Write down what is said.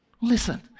Listen